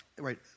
Right